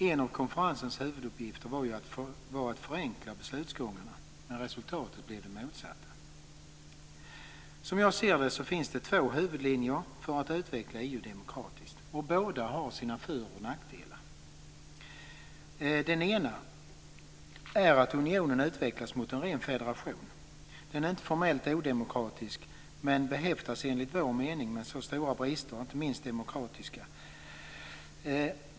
En av konferensens huvuduppgifter var att förenkla beslutsgångarna. Men resultatet blev det motsatta. Som jag ser det finns det två huvudlinjer för att utveckla EU demokratiskt. Båda har sina för och nackdelar. Den ena är att unionen utvecklas mot en ren federation. Den är inte formellt odemokratisk, men behäftas enligt vår mening med stora brister, inte minst demokratiska.